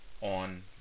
on